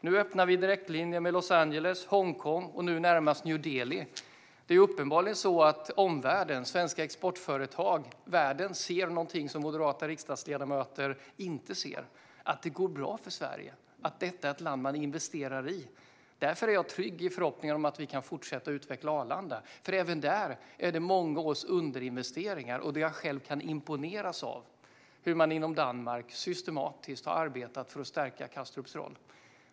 Nu öppnar vi direktlinjer till Los Angeles, Hongkong och senast New Delhi. Uppenbarligen ser världen och exportföretag något som moderata riksdagsledamöter inte ser: att det går bra för Sverige och att detta är ett land man investerar i. Därför är jag trygg i förhoppningen om att vi kan fortsätta att utveckla Arlanda. Även där finns många år av underinvesteringar. Jag kan själv imponeras av hur man i Danmark systematiskt har arbetat för att stärka Kastrups roll.